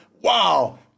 Wow